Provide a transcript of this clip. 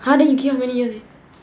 !huh! then you keep on using it